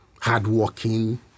hard-working